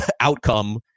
outcome